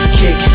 kick